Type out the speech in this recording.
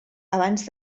abans